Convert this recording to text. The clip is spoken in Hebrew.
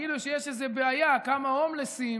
כאילו שיש איזו בעיה: כמה הומלסים